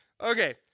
okay